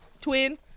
twin